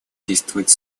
действовать